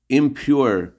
impure